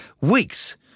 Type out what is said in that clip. weeks